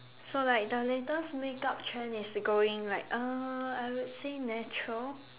so like the latest make up trend is going like uh I would say natural